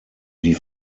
die